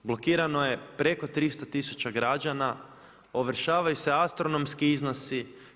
Blokirano je preko 300 tisuća građana, ovršavaju se astronomski iznosi.